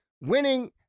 Winning